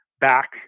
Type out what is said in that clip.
back